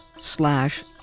slash